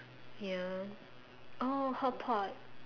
ya oh hotpot